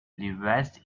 revenge